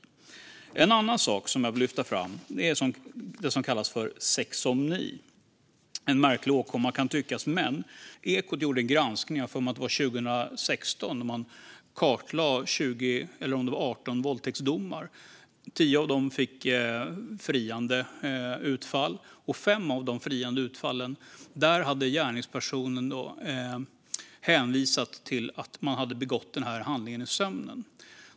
Den andra saken som jag vill lyfta fram är det som kallas sexsomni. En märklig åkomma, kan tyckas. Ekot gjorde en granskning - jag har för mig att det var 2016 - där man kartlade 20 eller om det var 18 våldtäktsdomar. 10 av dem fick friande utfall, och i 5 av dessa fall hade gärningspersonen hänvisat till att man hade begått handlingen i sömnen.